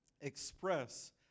express